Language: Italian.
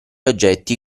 oggetti